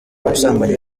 ubusambanyi